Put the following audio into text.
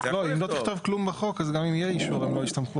אם לא תכתוב כלום בחוק אז גם אם יהיה אישור הם לא יסתמכו.